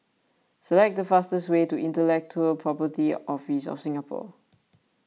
select the fastest way to Intellectual Property Office of Singapore